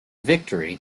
victory